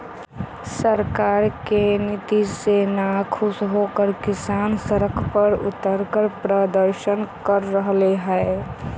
सरकार के नीति से नाखुश होकर किसान सड़क पर उतरकर प्रदर्शन कर रहले है